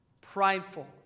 prideful